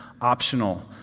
optional